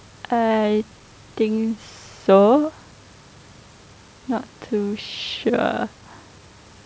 I think so not too sure